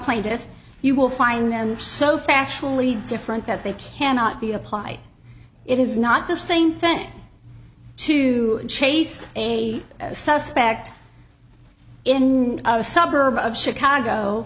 planes if you will find them so factually different that they cannot be applied it is not the same thing to chase a suspect in a suburb of chicago